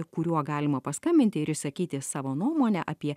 kuriuo galima paskambinti ir išsakyti savo nuomonę apie